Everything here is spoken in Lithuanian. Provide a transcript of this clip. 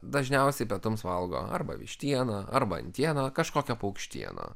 dažniausiai pietums valgo arba vištieną arba antieną kažkokią paukštieną